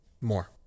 More